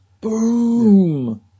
Boom